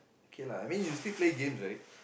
okay lah I mean you still play games right